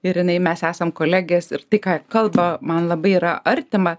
ir jinai mes esam kolegės ir tai ką kalba man labai yra artima